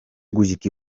guziki